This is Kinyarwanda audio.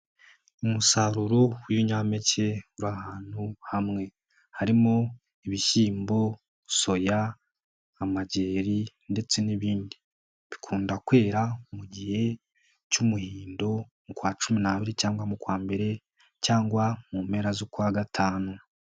Umusaruro w'ibinyampeke uri ahantu hamwe harimo ibishyimbo, soya, amageri ndetse n'ibindi. Bikunda kwera mu gihe cy'umuhindo nko mu kwa cumi n'abiri cyangwa mu kwambere cyangwa mu mpera z'ukwa gatanu.